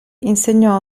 insegnò